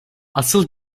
asıl